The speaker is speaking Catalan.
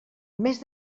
més